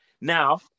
Now